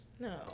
No